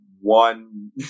one